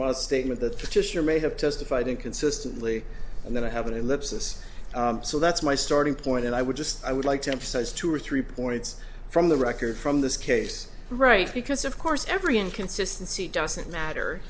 must statement that petitioner may have testified inconsistently and then i have an ellipsis so that's my starting point and i would just i would like to emphasize two or three points from the record from this case right because of course every inconsistency doesn't matter